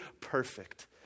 perfect